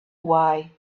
why